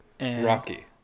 Rocky